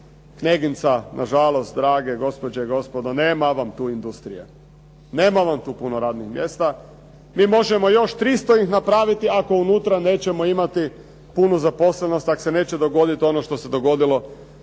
Meginca, nažalost drage gospođe i gospodo nema vam tu industrije, nema vam tu puno radnih mjesta. Mi možemo još 300 ih napraviti ako unutra nećemo imati punu zaposlenost, ako se neće dogoditi ono što se dogodilo